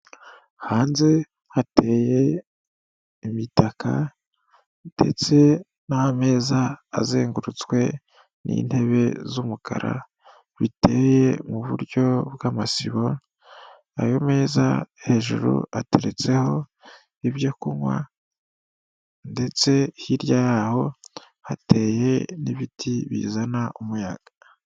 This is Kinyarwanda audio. Hanze hateye imitaka ndetse n'ameza azengurutswe n'intebe z'umukara, biteye mu buryo bw'amasibo, ayo meza hejuru ateretseho ibyo kunywa, ndetse hirya y'aho hateye n'ibiti bizana umuyaga.